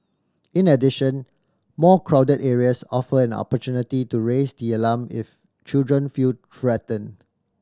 in addition more crowded areas offer an opportunity to raise the alarm if children feel threatened